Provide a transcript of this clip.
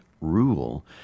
rule